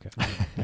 okay